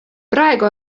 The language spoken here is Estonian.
praegu